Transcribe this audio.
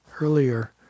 earlier